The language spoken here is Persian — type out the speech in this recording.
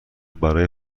برای